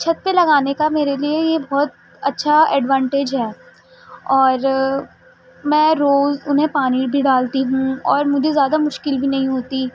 چھت پہ لگانے کا میرے لیے یہ بہت اچھا ایڈوانٹج ہے اور میں روز انہیں پانی بھی ڈالتی ہوں اور مجھے زیادہ مشکل بھی نہیں ہوتی